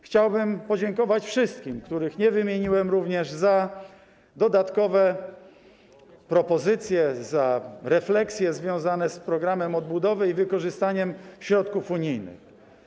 Chciałbym również podziękować wszystkim, których nie wymieniłem, za dodatkowe propozycje, za refleksje związane z programem odbudowy i wykorzystaniem środków unijnych.